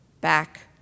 back